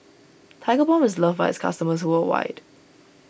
Tigerbalm is loved by its customers worldwide